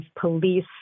police